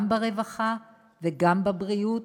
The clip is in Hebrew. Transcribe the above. גם ברווחה וגם בבריאות,